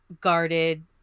guarded